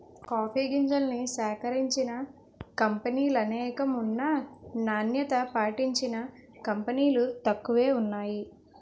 coffee గింజల్ని సేకరించిన కంపినీలనేకం ఉన్నా నాణ్యత పాటించిన కంపినీలు తక్కువే వున్నాయి